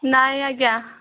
ନାହିଁ ଆଜ୍ଞା